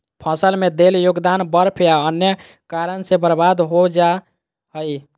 फसल में देल योगदान बर्फ या अन्य कारन से बर्बाद हो जा हइ